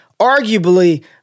arguably